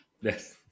yes